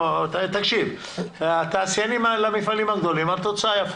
תקשיב, למפעלים הגדולים התוצאה יפה.